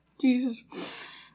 jesus